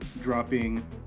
dropping